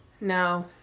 No